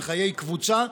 בחיי הקבוצה,